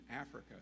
Africa